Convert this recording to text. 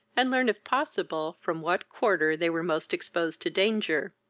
and learn, if possible, from what quarter they were most exposed to danger.